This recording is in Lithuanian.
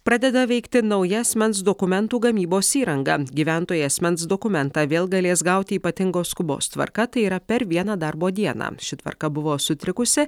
pradeda veikti nauja asmens dokumentų gamybos įranga gyventojai asmens dokumentą vėl galės gauti ypatingos skubos tvarka tai yra per vieną darbo dieną ši tvarka buvo sutrikusi